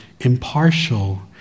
impartial